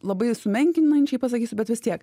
labai sumenkinančiai pasakysiu bet vis tiek